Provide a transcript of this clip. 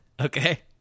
Okay